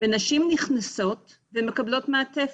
ונשים נכנסות ומקבלות מעטפת,